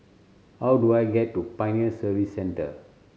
how do I get to Pioneer Service Centre